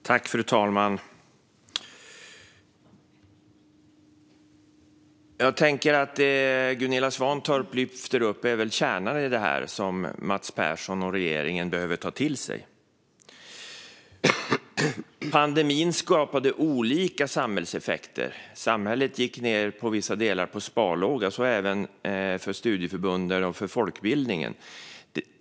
Fru talman! Det som Gunilla Svantorp lyfter upp är kärnan i det som Mats Persson och regeringen behöver ta till sig. Pandemin skapade olika samhällseffekter. Samhället gick i vissa delar ned på sparlåga, så även studieförbunden och folkbildningen.